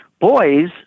boys